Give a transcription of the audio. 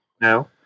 now